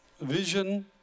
vision